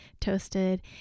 toasted